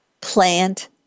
Plant